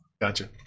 Gotcha